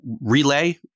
relay